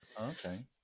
okay